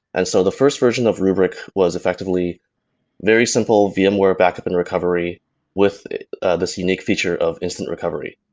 and so the first version of rubrik was effectively very simple vmware backup and recovery with this unique feature of instant recovery.